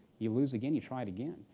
you lose again. you try it again.